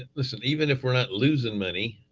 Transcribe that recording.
listen, even if we're not losing money,